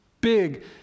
big